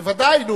בוודאי.